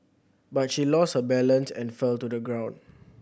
but she lost her balance and fell to the ground